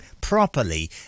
properly